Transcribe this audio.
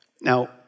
Now